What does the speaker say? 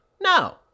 no